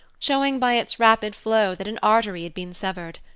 showing by its rapid flow that an artery had been severed.